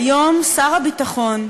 היום שר הביטחון,